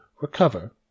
recover